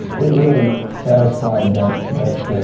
it really satisfied that. that.